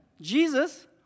Jesus